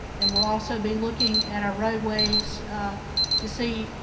and will also be looking at our roadways to see,